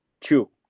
Chew